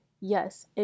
yes